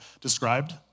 described